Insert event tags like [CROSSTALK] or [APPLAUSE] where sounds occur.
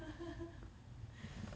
[LAUGHS]